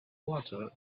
water